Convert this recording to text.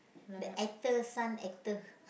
the actor son actor